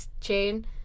chain